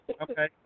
okay